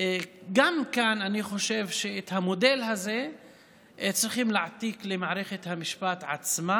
גם כאן אני חושב שאת המודל הזה צריך להעתיק למערכת המשפט עצמה.